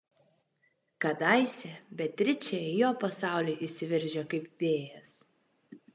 kadaise beatričė į jo pasaulį įsiveržė kaip vėjas